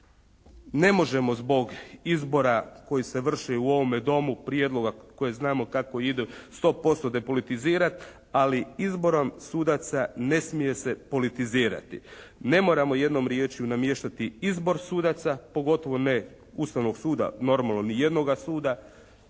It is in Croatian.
ne možemo zbog izbora koji se vrše u ovome Domu, prijedloga koje znamo kako idu 100% depolitizirati, ali izborom sudaca ne smije se politizirati. Ne moramo jednom riječju namještati izbor sudaca, pogotovo ne Ustavnog suda, normalno ni jednoga suda,